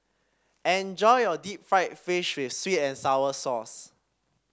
enjoy your Deep Fried Fish with sweet and sour sauce